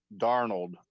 Darnold